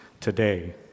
today